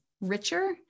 richer